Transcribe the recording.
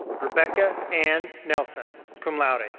rebecca ann nelson, cum laude.